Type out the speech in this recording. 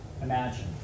Imagine